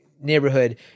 neighborhood